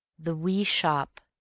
the wee shop